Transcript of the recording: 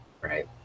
right